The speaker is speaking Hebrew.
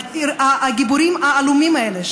הגיבורים העלומים האלה,